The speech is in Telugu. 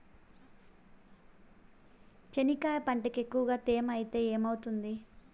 చెనక్కాయ పంటకి ఎక్కువగా తేమ ఐతే ఏమవుతుంది?